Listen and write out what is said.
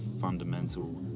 fundamental